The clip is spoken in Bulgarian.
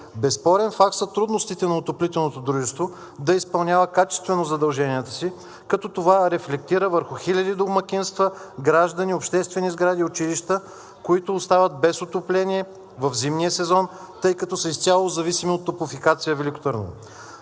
Безспорен факт са трудностите на отоплителното дружество да изпълнява качествено задълженията си, като това рефлектира върху хиляди домакинства, граждани, обществени сгради, училища, които остават без отопление в зимния сезон, тъй като са изцяло зависими от „Топлофикация – Велико Търново“.